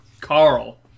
carl